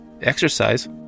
exercise